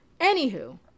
Anywho